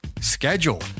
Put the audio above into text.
schedule